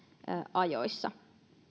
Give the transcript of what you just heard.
ajoissa